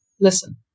Listen